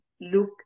look